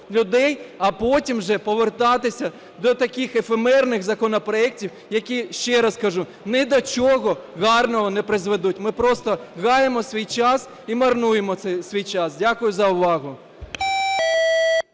а потім вже повертатися до таких ефемерних законопроектів, які, ще раз кажу, ні до чого гарного не призведуть. Ми просто гаємо свій час і марнуємо свій час. Дякую за увагу.